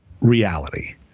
reality